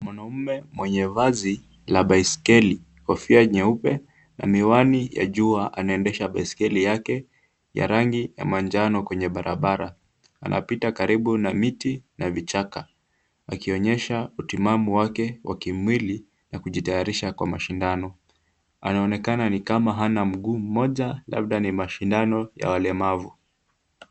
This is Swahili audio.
Mwanamume wa vazi la baiskeli, kofia nyeupe na miwani ya jua anaendesha baiskeli yake ya rangi ya manjano kwenye barabara. Anapita karibu na miti na vichaka akionyesha utimamu wake wa kimwili ya kujitayarisha kwa mashindano. Anaonekana ni kama hana mguu moja labda ni mashindano ya walemavu.